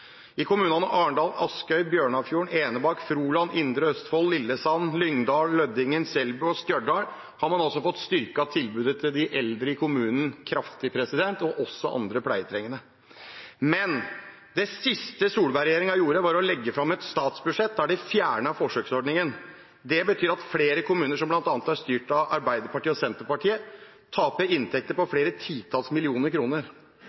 I kommunene Arendal, Askøy, Bjørnafjorden, Enebakk, Froland, Indre Østfold, Lillesand, Lyngdal, Lødingen, Selbu og Stjørdal har man altså fått styrket tilbudet til de eldre i kommunen kraftig, og også til andre pleietrengende. Det siste Solberg-regjeringen gjorde, var å legge fram et statsbudsjett der de fjernet forsøksordningen. Det betyr at flere kommuner, som bl.a. er styrt av Arbeiderpartiet og Senterpartiet, taper inntekter på flere titalls millioner kroner.